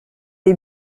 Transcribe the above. est